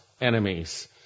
enemies